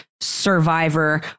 survivor